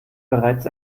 bereits